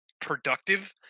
productive